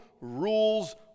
rules